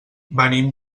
venim